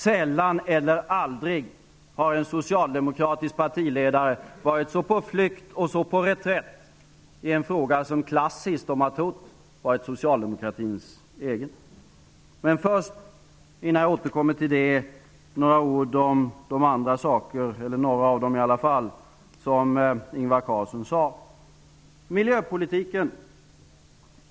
Sällan eller aldrig har en socialdemokratisk partiledare varit så på flykt och reträtt i en fråga som socialdemokratin klassiskt har trott varit deras egen. Jag skall dock kommentera något av det Ingvar Carlsson sade. Först till miljöpolitiken.